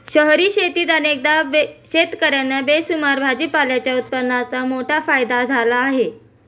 शहरी शेतीत अनेकदा शेतकर्यांना बेसुमार भाजीपाल्याच्या उत्पादनाचा मोठा फायदा होतो